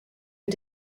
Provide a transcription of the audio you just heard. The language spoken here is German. mit